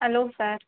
hello sir